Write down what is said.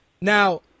Now